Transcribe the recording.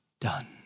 done